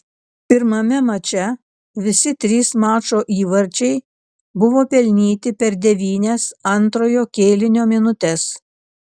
pirmame mače visi trys mačo įvarčiai buvo pelnyti per devynias antrojo kėlinio minutes